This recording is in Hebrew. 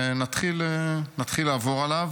ונתחיל לעבור עליו.